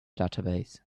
database